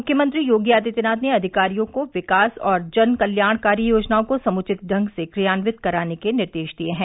मुख्यमंत्री योगी आदित्यनाथ ने अधिकारियों को विकास और जन कल्याणकारी योजनाओं को समुचित ढंग से क्रियान्वित कराने के निर्देश दिये हैं